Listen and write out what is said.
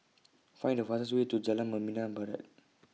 Find The fastest Way to Jalan Membina Barat